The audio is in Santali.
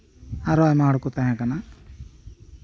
ᱟᱨᱦᱚᱸ ᱟᱭᱢᱟ ᱦᱚᱲ ᱠᱚ ᱛᱟᱸᱦᱮ ᱠᱟᱱᱟ